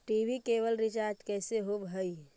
TV cable recharge कैसे होब हइ?